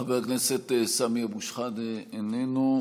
חבר הכנסת סמי אבו שחאדה, איננו.